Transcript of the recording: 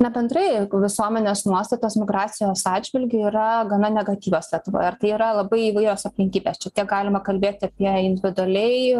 na bendrai visuomenės nuostatos migracijos atžvilgiu yra gana negatyvios ar tai yra labai įvairios aplinkybės čia tiek galima kalbėti apie individualiai